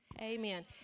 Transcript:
amen